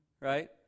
Right